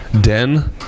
den